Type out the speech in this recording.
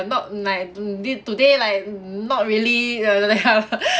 not nice mm this today like not really uh that kind of